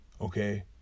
okay